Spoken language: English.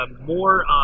more